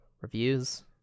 Reviews